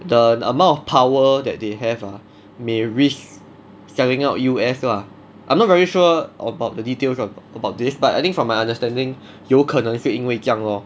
the amount of power that they have ah may risk selling out U_S lah I'm not very sure about the details of~ about this but I think from my understanding 有可能是因为这样 lor